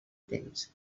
temps